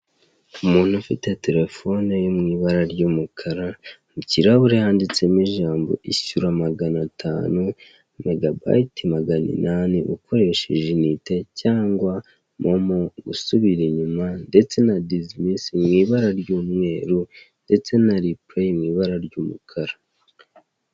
Umuntu ufite terefone yo mu ibara ry'umukara mu kirahure handitsemo ijambo ishyura magana atanu megabayiti magana inani, ukoresheje inite cyangwa momo, gusubira inyuma ndetse dizimisi mu ibara ry'umweru ndetse na repureyi mu ibara ry'umukara.